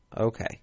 Okay